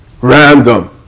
Random